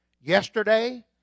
Yesterday